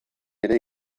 ere